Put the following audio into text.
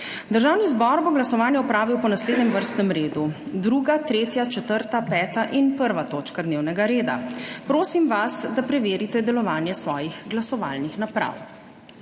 Državni zbor bo glasovanje opravil po naslednjem vrstnem redu: 2., 3., 4., 5. in 1. točka dnevnega reda. Prosim vas, da preverite delovanje svojih glasovalnih naprav.